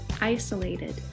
isolated